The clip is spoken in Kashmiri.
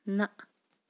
نہَ